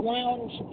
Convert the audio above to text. Lounge